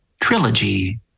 Trilogy